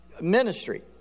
ministry